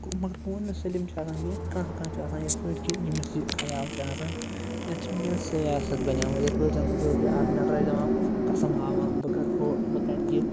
گوٚو مگر بہٕ وَنٛنہٕ سٲلِم چھِ آسان کیٚنٛہہ کانٛہہ کانٛہہ چھُ آسان یِتھ پٲٹھۍ کہِ ییٚمِس یہِ خیال چھِ آسان یَتھ چھِ وٕنۍکٮ۪نَس سیاسَت بَنیمٕژ یِتھ پٲٹھۍ زَن وٕچھو کہِ اکھ نَفرا چھِ دپان قسم ہاوان بہٕ کَرٕ ہُہ بہٕ کَرٕ یہِ